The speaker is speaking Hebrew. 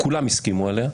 כולם הסכימו עליה.